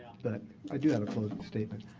but i do have a closing statement.